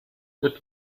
good